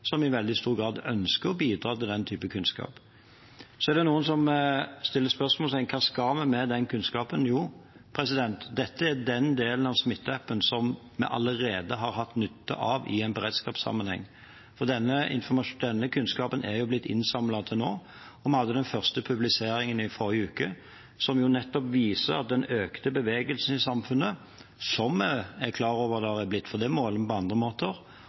som i veldig stor grad ønsker å bidra til den typen kunnskap. Så er det noen som stiller spørsmålet: Hva skal vi med den kunnskapen? Jo, dette er den delen av Smittestopp-appen som vi allerede har hatt nytte av i en beredskapssammenheng. Denne kunnskapen er blitt innsamlet til nå, og vi hadde i forrige uke den første publiseringen, som nettopp viser at den økte bevegelsen i samfunnet – som vi er klar over at det er blitt, for det måler vi på andre måter